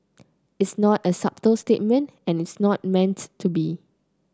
it's not a subtle statement and it's not meant to be